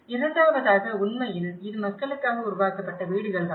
இரண்டாவதாக உண்மையில் இது மக்களுக்காக உருவாக்கப்பட்ட வீடுகள் தான்